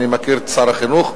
אני מכיר את שר החינוך,